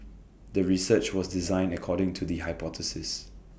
the research was designed according to the hypothesis